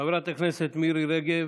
חברת הכנסת מירי רגב,